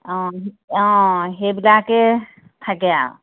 অ' অ' সেইবিলাকে থাকে আৰু